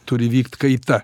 turi vykt kaita